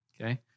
Okay